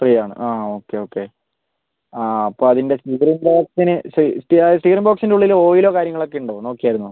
ഫ്രീയാണ് ആ okay okay അ അപ്പോൾ അതിൻ്റെ സ്റ്റീയറിങ്ങ് ബോക്സിന് സ്റ്റിയറിങ്ങ് ബോക്സിന് ഉള്ളിൽ ഓയിലോ കാര്യങ്ങളൊക്കെയുണ്ടോ നോക്കിയായിരുന്നോ